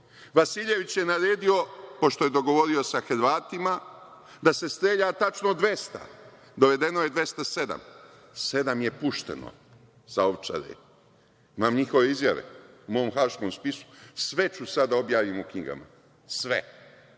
Vasiljević je naredio, pošto je dogovorio sa Hrvatima, da se strelja tačno 200. Dovedeno je 207. Sedam je pušteno sa Ovčare. Imam njihove izjave u mom haškom spisku. Sve ću sada da objavim u knjigama, sve,